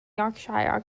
yorkshire